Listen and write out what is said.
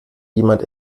jemand